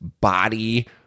body